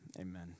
Amen